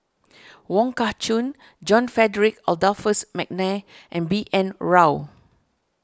Wong Kah Chun John Frederick Adolphus McNair and B N Rao